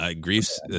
Grief's